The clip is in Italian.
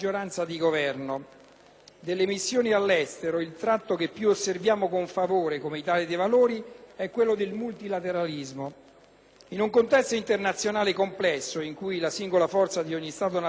Delle missioni all'estero il tratto che osserviamo con più favore come Italia dei Valori è quello del multilateralismo. In un contesto internazionale complesso, in cui la singola forza di ogni Stato nazionale impallidisce